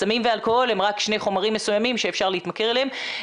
סמים ואלכוהול הם רק שני חומרים מסוימים שאפשר להתמכר אליהם.